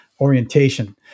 orientation